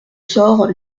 sort